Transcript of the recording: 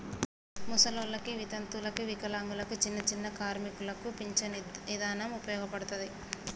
ముసలోల్లకి, వితంతువులకు, వికలాంగులకు, చిన్నచిన్న కార్మికులకు పించను ఇదానం ఉపయోగపడతది